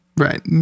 Right